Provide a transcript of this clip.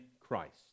Christ